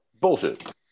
Bullshit